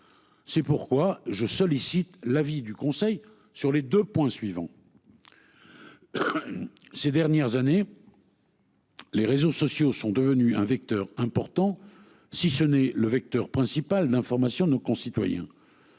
C'est pourquoi je sollicite l'avis du Conseil sur les 2 points suivants. Ces dernières années. Les réseaux sociaux sont devenus un vecteur important si ce n'est le vecteur principal d'information de nos concitoyens.